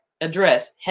address